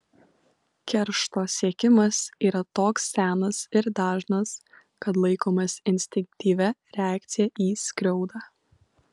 keršto siekimas yra toks senas ir dažnas kad laikomas instinktyvia reakcija į skriaudą